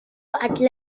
أكل